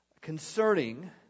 concerning